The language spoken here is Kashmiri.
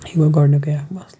یہِ گو گۄڈنکوے اکھ مَسلہٕ